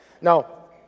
No